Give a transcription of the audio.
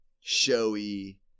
showy